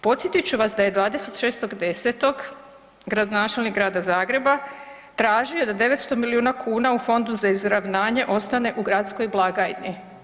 Podsjetit ću vas da je 26.10. gradonačelnik Grada Zagreba tražio da 900 miliona kuna u fondu za izravnanje ostane u gradskoj blagajni.